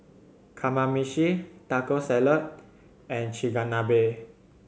Kamameshi Taco Salad and Chigenabe